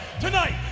tonight